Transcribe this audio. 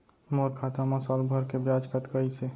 मोर खाता मा साल भर के कतका बियाज अइसे?